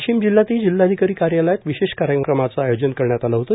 वाशिम जिल्हयातही जिल्हाधिकारी कार्यालयात विशेष कार्यक्रमाचं आयोजन करण्यात आलं होतं